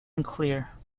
unclear